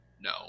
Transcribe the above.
No